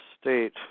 state